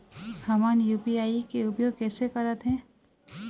हमन यू.पी.आई के उपयोग कैसे करथें?